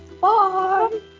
Bye